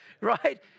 right